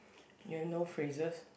you know phrases